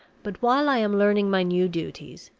but while i am learning my new duties,